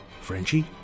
Frenchie